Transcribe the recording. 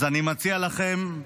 אז אני מציע לכם,